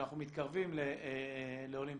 שאנחנו מתקרבים לאולימפיאדה,